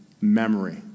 memory